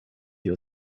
your